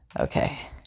Okay